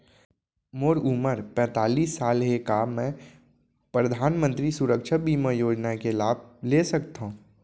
मोर उमर पैंतालीस साल हे का मैं परधानमंतरी सुरक्षा बीमा योजना के लाभ ले सकथव?